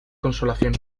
consolación